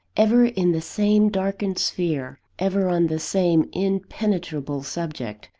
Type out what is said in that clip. ever in the same darkened sphere, ever on the same impenetrable subject,